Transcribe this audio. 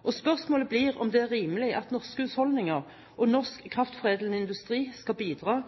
Spørsmålet blir om det er rimelig at norske husholdninger og norsk kraftforedlende industri skal bidra